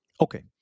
Okay